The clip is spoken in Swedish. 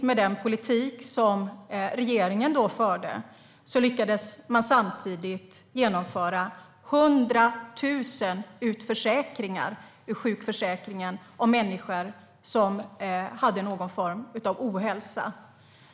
Med den politik som den dåvarande regeringen förde lyckades man samtidigt genomföra 100 000 utförsäkringar av människor som hade någon form av ohälsa.